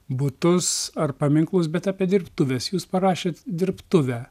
butus ar paminklus bet apie dirbtuves jūs parašėt dirbtuvę